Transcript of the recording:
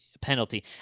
penalty